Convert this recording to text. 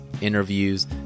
interviews